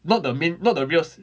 not the main not the real se~